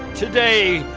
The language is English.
today,